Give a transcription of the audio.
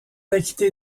acquitté